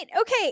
okay